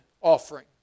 offering